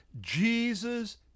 Jesus